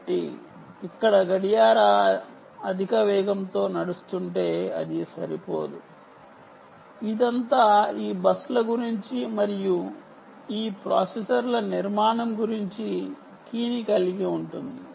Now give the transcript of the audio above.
కాబట్టి ఇక్కడ clock అధిక వేగం తో నడుస్తుంటే అది సరిపోదు ఇదంతా ఈ బస్ ల గురించి మరియు ఈ ప్రాసెసర్ల నిర్మాణం గురించి కీ ని కలిగి ఉంటుంది